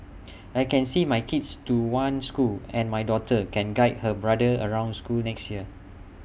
I can see my kids to one school and my daughter can guide her brother around school next year